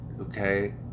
okay